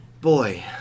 Boy